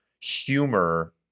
humor